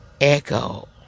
echo